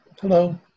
Hello